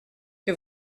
que